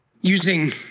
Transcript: using